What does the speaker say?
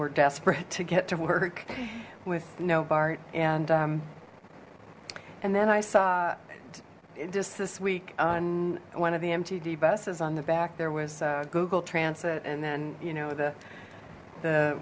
were desperate to get to work with no bart and and then i saw it just this week on one of the mtd buses on the back there was google transit and then you know the the